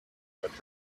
web